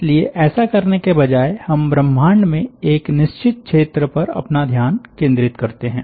इसलिए ऐसा करने के बजाय हम ब्रह्मांड में एक निश्चित क्षेत्र पर अपना ध्यान केंद्रित करते हैं